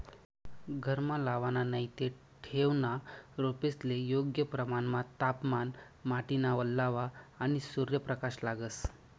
घरमा लावाना नैते ठेवना रोपेस्ले योग्य प्रमाणमा तापमान, माटीना वल्लावा, आणि सूर्यप्रकाश लागस